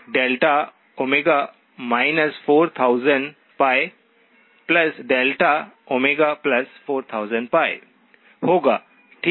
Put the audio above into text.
यह XcjΩπδΩ 4000πδΩ4000π होगा ठीक